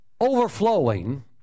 overflowing